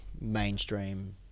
mainstream